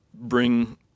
bring